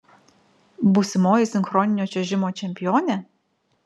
būsimoji sinchroninio čiuožimo čempionė